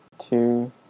two